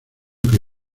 que